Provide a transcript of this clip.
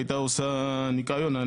הייתה עושה ניקיון,